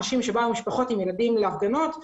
אנשים שבאו עם משפחות וילדים להפגנות,